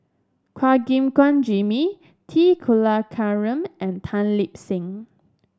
Chua Gim Guan Jimmy T Kulasekaram and Tan Lip Seng